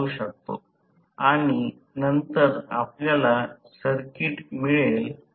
हे समीकरण आहे ज्यासाठी आपल्याला S Smax T मिळेल